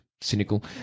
Cynical